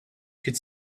could